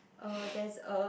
oh there is a